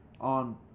on